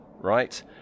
right